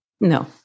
no